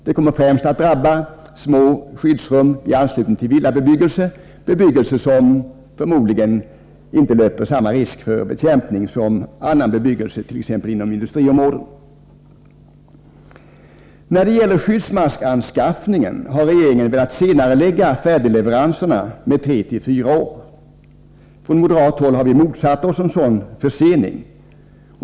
Det kommer främst att drabba små skyddsrum i anslutning till villabebyggelse — bebyggelse som förmodligen inte löper samma risk för bekämpning som annan bebyggelse, t.ex. inom industriområden. När det gäller skyddsmaskanskaffningen har regeringen velat senarelägga färdigleveranserna med tre till fyra år. Från moderat håll har vi motsatt oss en sådan försening.